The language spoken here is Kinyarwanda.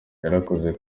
yarakuze